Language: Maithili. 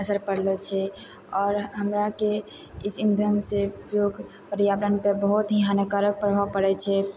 असर पड़लऽ छै आओर हमराके इस ईंधनसँ उपयोग पर्यावरणपर बहुत ही हानिकारक प्रभाव पड़ै छै